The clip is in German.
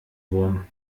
wurm